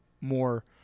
more